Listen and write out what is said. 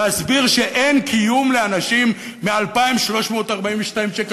להסביר שאין קיום לאנשים מ-2,342 שקל,